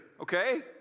okay